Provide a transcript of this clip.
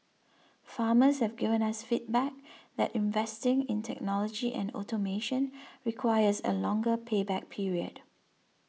farmers have given us feedback that investing in technology and automation requires a longer pay back period